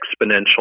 exponential